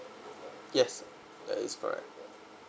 yes that is correct